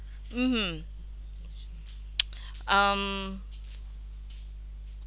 mmhmm um